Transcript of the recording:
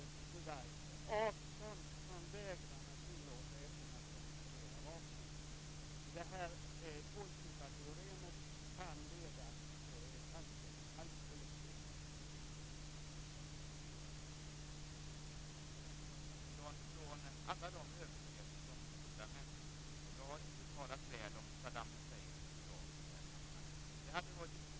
Då kan man inte isolera vare sig bomberna eller Saddam Husseins sätt att driva sitt land.